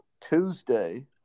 Tuesday